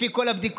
לפי כל הבדיקות,